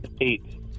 Eight